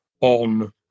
on